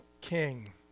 King